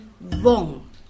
wrong